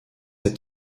est